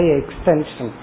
extension